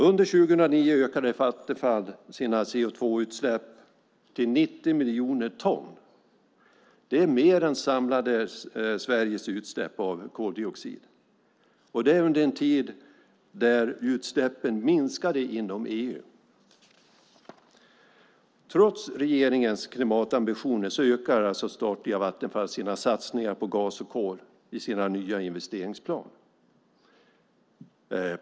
Under 2009 ökade Vattenfall sina CO2-utsläpp till 90 miljoner ton. Det är mer än Sveriges samlade utsläpp av koldioxid, och det under en tid då utsläppen minskade inom EU. Trots regeringens klimatambitioner ökar alltså statliga Vattenfall sina satsningar på gas och kol i sin nya investeringsplan.